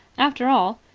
after all,